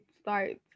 start